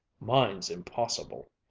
mine's impossible!